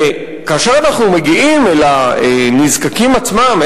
כאשר אנחנו מגיעים אל הנזקקים עצמם,